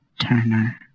turner